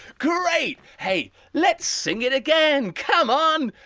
great! hey, let's sing it again. come on.